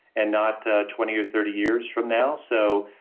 and not twenty or thirty years from now. so,